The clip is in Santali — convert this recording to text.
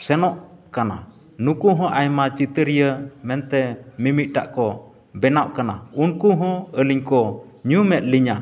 ᱥᱮᱱᱚᱜ ᱠᱟᱱᱟ ᱱᱩᱠᱩ ᱦᱚᱸ ᱟᱭᱢᱟ ᱪᱤᱛᱟᱹᱨᱤᱭᱟᱹ ᱢᱮᱱᱛᱮ ᱢᱤᱢᱤᱴᱟᱝ ᱠᱚ ᱵᱮᱱᱟᱜ ᱠᱟᱱᱟ ᱩᱱᱠᱩᱦᱚᱸ ᱟᱞᱤᱧᱠᱚ ᱧᱩᱢᱮᱫ ᱞᱤᱧᱟ